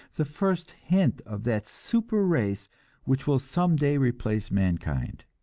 the first hint of that super-race which will some day replace mankind.